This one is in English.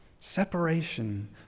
separation